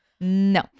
No